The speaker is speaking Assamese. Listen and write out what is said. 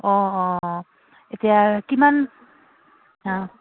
অঁ অঁ এতিয়া কিমান